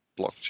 blockchain